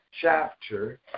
chapter